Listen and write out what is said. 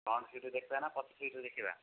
front ସିଟ୍ରେ ଦେଖିବା ନା ପଛ ସିଟ୍ରେ ଦେଖିବା